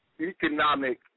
economic